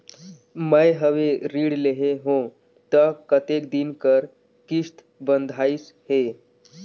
मैं हवे ऋण लेहे हों त कतेक दिन कर किस्त बंधाइस हे?